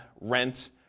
rent